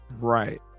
Right